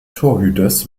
torhüters